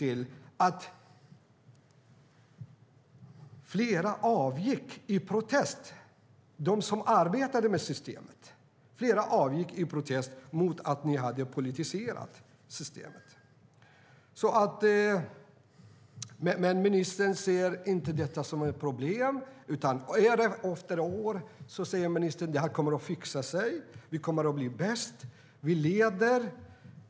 Flera av dem som arbetade med ert system avgick faktiskt i protest mot att ni hade politiserat det. Men ministern ser inte detta som något problem. År efter år säger ministern att det kommer att fixa sig, att vi kommer att bli bäst, att vi leder.